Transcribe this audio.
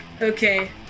Okay